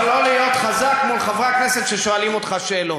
אבל לא להיות חזק מול חברי הכנסת ששואלים אותך שאלות.